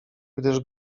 gdyż